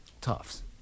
Tufts